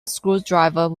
screwdriver